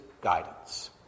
guidance